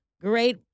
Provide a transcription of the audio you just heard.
great